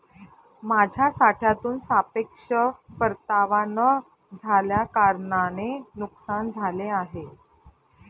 माझ्या साठ्यातून सापेक्ष परतावा न झाल्याकारणाने नुकसान झाले आहे